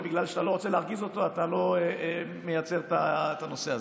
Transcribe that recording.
ובגלל שאתה לא רוצה להרגיז אותו אתה לא מייצר את הנושא הזה.